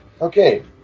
Okay